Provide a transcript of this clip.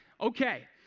Okay